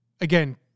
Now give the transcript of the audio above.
again